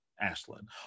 ashland